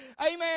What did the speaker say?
Amen